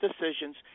decisions